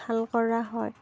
ভাল কৰা হয়